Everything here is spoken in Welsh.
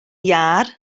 iâr